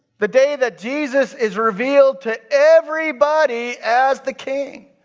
the day that jesus is revealed to everybody as the king.